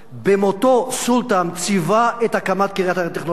במותו "סולתם" ציווה את הקמת הקריה הטכנולוגית,